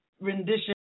rendition